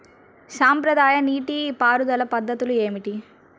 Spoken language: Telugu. సాంప్రదాయ నీటి పారుదల పద్ధతులు ఏమిటి?